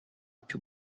più